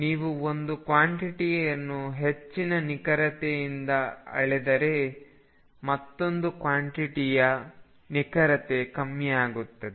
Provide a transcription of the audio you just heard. ನೀನು ಒಂದು ಕ್ವಾಂಟಿಟಿ ಅನ್ನು ಹೆಚ್ಚಿನ ನಿಖರತೆಯಿಂದ ಅಳೆದರೆ ಮತ್ತೊಂದು ಕ್ವಾಂಟಿಟಿಯ ನಿಖರತೆ ಕಮ್ಮಿಯಾಗುತ್ತೆ